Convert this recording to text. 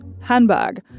handbag